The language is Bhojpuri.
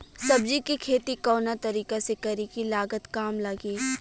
सब्जी के खेती कवना तरीका से करी की लागत काम लगे?